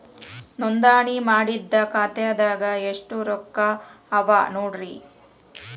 ನೋಂದಣಿ ಮಾಡಿದ್ದ ಖಾತೆದಾಗ್ ಎಷ್ಟು ರೊಕ್ಕಾ ಅವ ನೋಡ್ರಿ